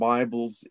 Bibles